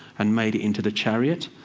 and made it into the chariot.